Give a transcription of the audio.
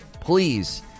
Please